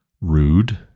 rude